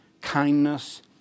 kindness